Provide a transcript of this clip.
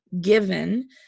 given